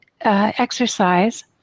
exercise